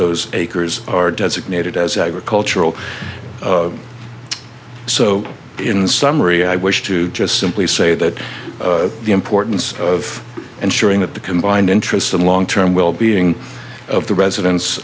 those acres are designated as agricultural so in summary i wish to just simply say that the importance of ensuring that the combined interests the long term wellbeing of the residents